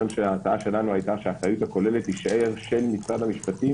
ההצעה שלנו הייתה שהאחריות הכוללת תישאר של משרד המשפטים,